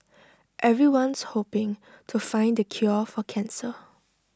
everyone's hoping to find the cure for cancer